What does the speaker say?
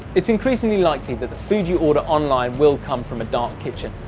it's increasingly likely that the food you order online will come from a dark kitchen,